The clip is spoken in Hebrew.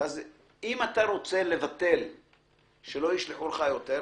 - שולחת לך הצעה ואתה רוצה שלא ישלחו לך יותר,